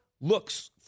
looks